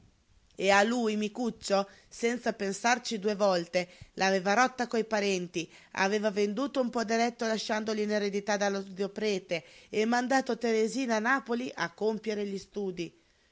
e allora lui micuccio senza pensarci due volte l'aveva rotta coi parenti aveva venduto un poderetto lasciatogli in eredità dallo zio prete e mandato teresina a napoli a compiere gli studi